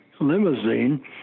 limousine